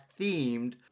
themed